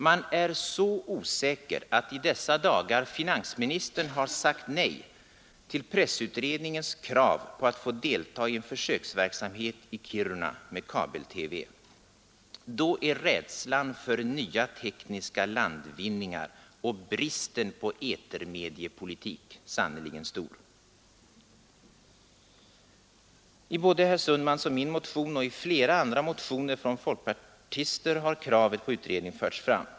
Man är så osäker att i dessa dagar finansministern sagt nej till pressutredningens krav att få delta i en försöksverksamhet i Kiruna med kabel-TV. Då är rädslan för nya tekniska landvinningar och bristen på etermediepolitik sannerligen stor! I herr Sundmans och min motion och i flera andra motioner från folkpartister har kravet på utredning förts fram.